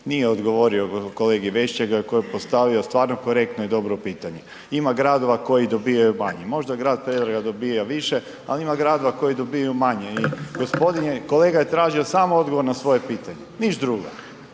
nije odgovorio kolegi Vešligaju koji je postavio stvarno korektno i dobro pitanje. Ima gradova koji dobivaju manje, možda grad Pregrada dobija više, ali ima gradova koji dobivaju manje. I gospodin je kolega je tražio samo odgovor na svoje pitanje, ništa drugo.